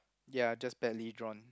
ya just badly drawn